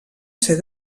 ser